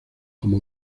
como